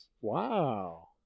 wow